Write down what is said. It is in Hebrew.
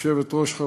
היושבת-ראש,